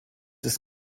ist